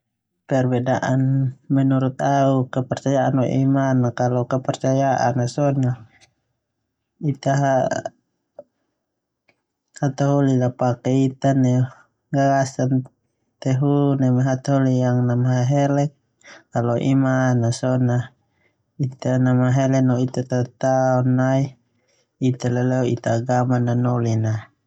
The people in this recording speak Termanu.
Menurut au kepercyaaan ia ala paken neu hataholi a gagaaan tehu neme hataholi namhehehelek. Iman ia ita namhehele neu ita tataon nai itta, leleo ita agaman aa nanolin a.